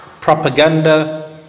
propaganda